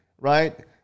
right